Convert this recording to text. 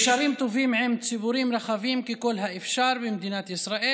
מקשרים טובים עם ציבורים רחבים ככל האפשר במדינת ישראל,